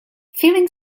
feeling